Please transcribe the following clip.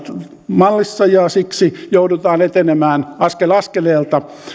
mallissa ja siksi joudutaan etenemään askel askeleelta